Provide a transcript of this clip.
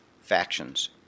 factions